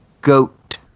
Goat